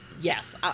Yes